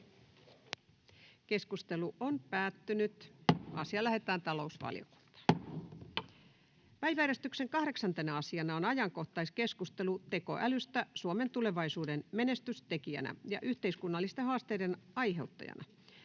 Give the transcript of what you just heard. haasteiden aiheuttajana Time: N/A Content: Päiväjärjestyksen 8. asiana on ajankohtaiskeskustelu tekoälystä Suomen tulevaisuuden menestystekijänä ja yhteiskunnallisten haasteiden aiheuttajana.